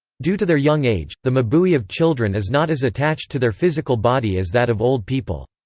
due to their young age, the mabui of children is not as attached to their physical body as that of old people.